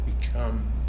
become